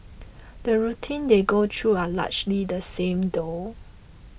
the routine they go through are largely the same though